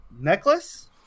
necklace